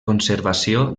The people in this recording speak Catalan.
conservació